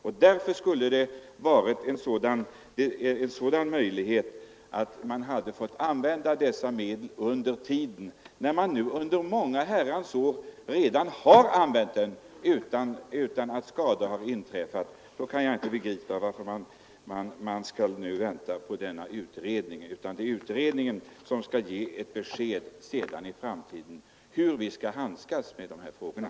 När de nu under många herrans år redan har använt medlen utan att några skador har inträffat, kan jag inte begripa varför de som behöver dessa medel under utredningens gång skall behöva vänta på resultatet av denna utredning. Det är utredningen som skall ge besked om hur vi i framtiden skall handskas med de här frågorna.